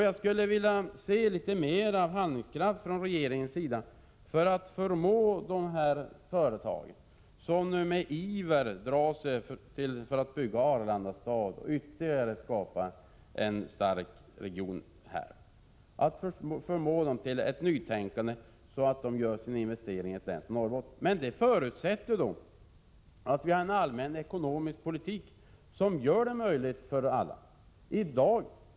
Jag skulle vilja se litet mer handlingskraft hos regeringen för att förmå de företag som nu med iver drar i väg för att bygga Arlandastaden — och därmed ytterligare stärka Stockholmsregionen — till nytänkande så att de i stället investerar i ett län som Norrbotten. Men detta förutsätter en allmän ekonomisk politik som gör sådant möjligt för alla företag.